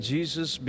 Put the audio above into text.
Jesus